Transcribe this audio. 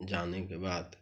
जाने के बाद